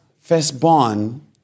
firstborn